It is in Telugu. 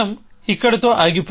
ఇక్కడితో ఆగిపోదాము